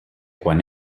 quan